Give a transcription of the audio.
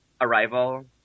arrival